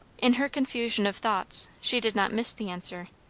in her confusion of thoughts she did not miss the answer.